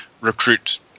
recruit